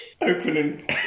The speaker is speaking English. opening